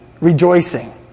rejoicing